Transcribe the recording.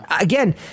again